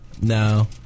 no